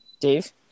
Dave